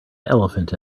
elephant